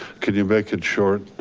could you make it short?